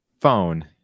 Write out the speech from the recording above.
phone